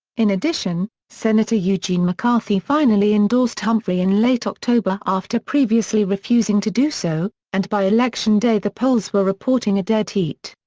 in addition, senator eugene mccarthy finally endorsed humphrey in late october after previously refusing to do so, and by election day the polls were reporting a dead heat.